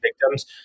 victims